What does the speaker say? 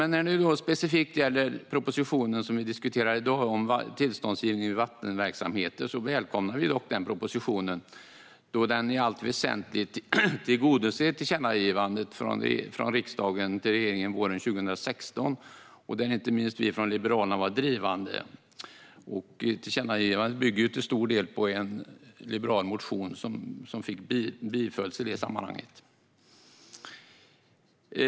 När det specifikt gäller propositionen om tillståndsgivning vid vattenverksamheter som vi diskuterar i dag välkomnar vi dock propositionen, då den i allt väsentligt tillgodoser riksdagens tillkännagivande till regeringen från våren 2016. Där var inte minst Liberalerna drivande, och tillkännagivandet bygger till stor del på en liberal motion som bifölls i det sammanhanget.